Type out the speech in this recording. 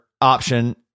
option